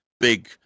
big